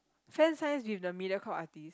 fan signs with the Mediacorp artists